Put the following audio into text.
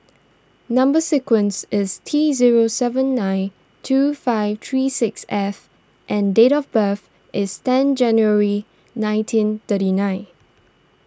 Number Sequence is T zero seven nine two five three six F and date of birth is ten January nineteen thirty nine